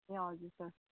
ए हजुर सर